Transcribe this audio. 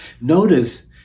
Notice